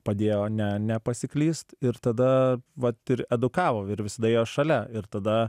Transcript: padėjo ne nepasiklyst ir tada vat ir edukavo ir visada ėjo šalia ir tada